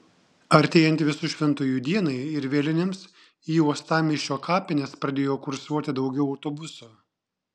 artėjant visų šventųjų dienai ir vėlinėms į uostamiesčio kapines pradėjo kursuoti daugiau autobusų